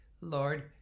Lord